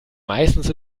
meistens